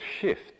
shift